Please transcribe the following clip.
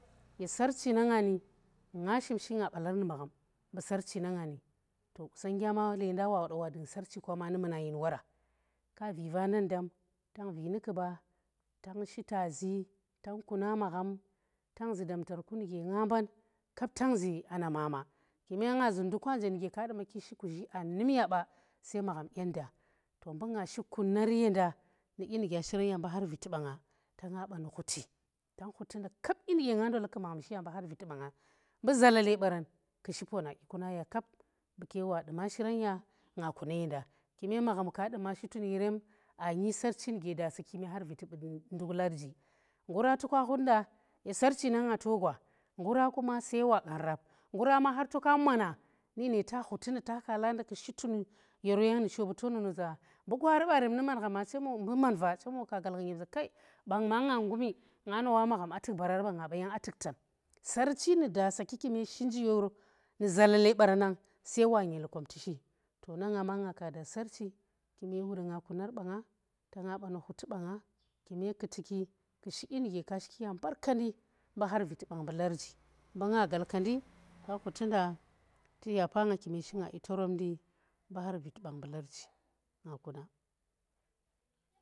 Ye sarchi nanga ni nga shim shi nga balar nu magham mbu sarchi nang ni, qusonnggya ma wa woda wa dung sarchi kwa ma nu muna yin wara kaa vi vaden dam, tang vi nu kuba tang shi taazi, tang kuna magham tang zu damtar ku nuge nga mban kap tang ze anna mana, kume nga zun nduke nje nuga ka duma ki shi kuzhi aa num ya ba sai magham dyenda to mbu nga shi kuna ye nda nu dyi nu gya shirem ya mbu har viti ba nga, ta nga ba nu ge nga ndole ku magham shi ya mbu har viti ba nga nbu zalale baren ku shi poona dyiku na ya, mbu ke wa duna shiran ya nga kuna yenda kume magham ka dume shi tun yerem aa nyi sarchi nu ge dasa kuma har viti bu nduk mbu larji ngura to ke hut nda ye sarchi na nga to gwa ngura ma toka mona nine ta khuti nda, ta kaala nda ku shi tunu yoro yang nu sho ba to na noza mbu kwari barem nu magham me nu manva, chem wake gal gha ma nyem za kai beng ma nga nggumi nga nawa magham tuk barar ba nga ba yang aa tuk tan, sarchi nu dosa ki kume shi nji yoro na zalale bara nang sai wa nyali kam tushi, to nan nga kunar ba nga ta nga ba nu khuti ba nga kume ku tuki ku dyi nu ge ka shiki ya mbarkendi mbu har viti bang mbu larji mbu nga galkendi ke khuti nda tu yapa nga kume shi nga dyi torop ndi mbu har viti bang mbu larji nga kuna.